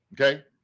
Okay